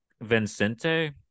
Vincente